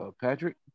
Patrick